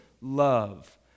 love